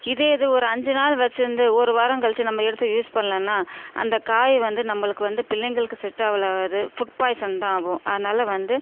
இதே இது ஒரு அஞ்சு நாள் வச்சுருந்து ஒரு வாரம் கழித்து நம்ம எடுத்து யூஸ் பண்ணோம்னா அந்த காய் வந்து நம்மளுக்கு வந்து பிள்ளைகளுக்கு செட் ஆகாது ஃபுட் பாய்சன் தான் ஆகும் அதனால் வந்து